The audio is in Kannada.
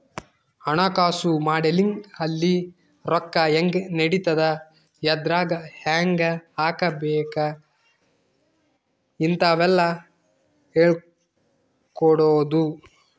ಹಣಕಾಸು ಮಾಡೆಲಿಂಗ್ ಅಲ್ಲಿ ರೊಕ್ಕ ಹೆಂಗ್ ನಡಿತದ ಎದ್ರಾಗ್ ಹೆಂಗ ಹಾಕಬೇಕ ಇಂತವೆಲ್ಲ ಹೇಳ್ಕೊಡೋದು